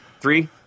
Three